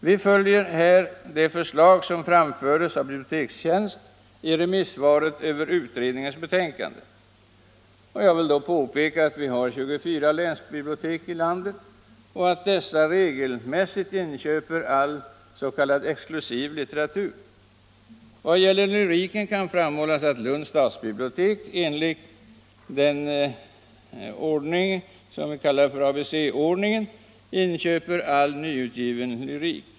Vi följer här det förslag som framförts av Bibliotekstjänst i remissvaret över utredningens betänkande. Jag vill påpeka att det finns 24 länsbibliotek i landet och att dessa regelmässigt inköper all s.k. exklusiv litteratur. I vad gäller lyriken kan framhållas att Lunds stadsbibliotek enligt den ordning som vi kallar för ABC-ordningen inköper all nyutgiven lyrik.